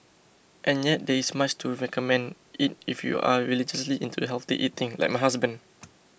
and yet there is much to recommend it if you are religiously into healthy eating like my husband